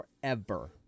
forever